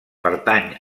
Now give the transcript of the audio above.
pertany